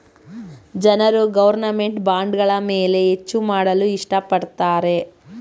ಜನರು ಗೌರ್ನಮೆಂಟ್ ಬಾಂಡ್ಗಳ ಮೇಲೆ ಹೆಚ್ಚು ಮಾಡಲು ಇಷ್ಟ ಪಡುತ್ತಾರೆ